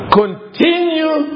continue